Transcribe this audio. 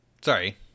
Sorry